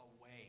away